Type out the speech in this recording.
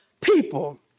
people